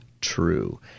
true